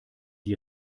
die